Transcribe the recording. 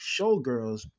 showgirls